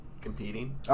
competing